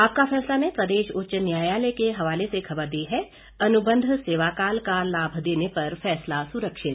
आपका फैसला ने प्रदेश उच्च न्यायालय के हवाले से खबर दी है अनुबंध सेवाकाल का लाभ देने पर फैसला सुरक्षित